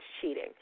cheating